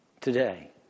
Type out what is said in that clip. Today